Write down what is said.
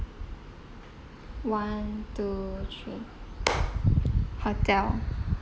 one two three hotel